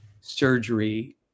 surgery